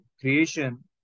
creation